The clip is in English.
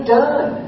done